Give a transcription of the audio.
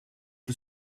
for